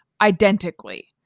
identically